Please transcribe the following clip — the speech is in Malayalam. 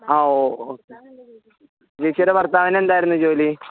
ആ ഓ ചേച്ചിയുടെ ഭർത്താവിന് എന്തായിരുന്നു ജോലി